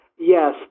Yes